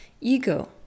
Ego